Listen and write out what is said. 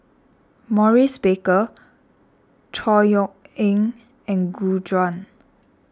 Maurice Baker Chor Yeok Eng and Gu Juan